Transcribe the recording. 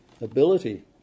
ability